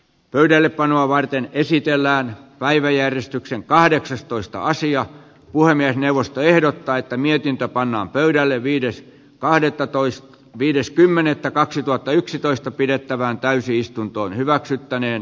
pöydällepanoa varten esitellään päiväjärjestyksen kahdeksastoista sija puhemiesneuvosto ehdottaa että mietintä pannaan pöydälle viides kahdettatoista viides kymmenettä kaksituhattayksitoista pidettävään täysistunto hyväksyttäneen